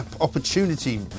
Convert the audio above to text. opportunity